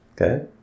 Okay